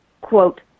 quote